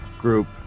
group